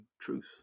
truth